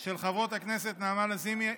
של חברות הכנסת נעמה לזימי,